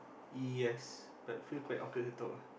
yes but feel quite awkward to talk ah